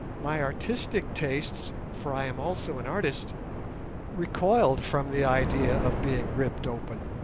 my artistic tastes for i am also an artist recoiled from the idea of being ripped open.